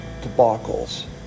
debacles